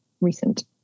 recent